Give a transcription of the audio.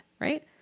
right